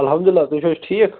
اَلحَمدُاللہ تُہۍ چھِو حظ ٹھیٖک